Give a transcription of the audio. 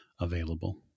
available